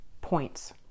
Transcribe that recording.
points